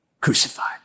crucified